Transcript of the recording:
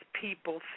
people